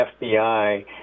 FBI